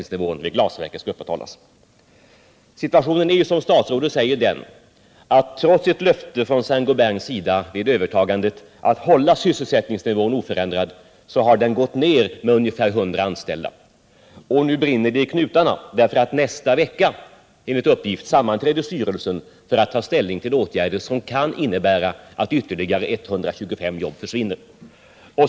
Situationen är, som statsrådet sade, den att sysselsättningen gått ned med ungefär 100 anställda trots ett löfte från Saint Gobains sida vid övertagandet att hålla sysselsättningsnivån oförändrad. Och nu brinner det i knutarna. Nästa vecka sammanträder styrelsen enligt uppgift för att ta ställning till åtgärder som kan innebära att ytterligare 125 jobb försvinner.